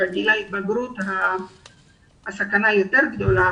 בגיל ההתבגרות הסכנה היא יותר גדולה,